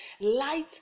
light